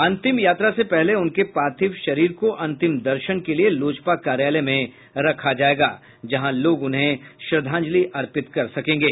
अंतिम यात्रा से पहले उनके पार्थिव शरीर को अंतिम दर्शन के लिए लोजपा कार्यालय में रखा जाएगा जहां लोग उन्हें श्रद्धांजलि अर्पित कर सकेंगे